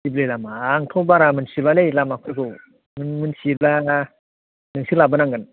दिप्लाइ लामा आंथ' बारा मिथिजोबालै लामाफोरखौ नों मिथियोब्ला नोंसो लाबोनांगोन